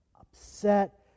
upset